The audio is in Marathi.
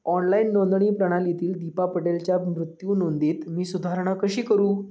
ऑनलाईन नोंदणी प्रणालीतील दीपा पटेलच्या मृत्यू नोंदीत मी सुधारणा कशी करू